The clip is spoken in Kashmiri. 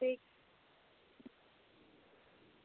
ٹھیٖک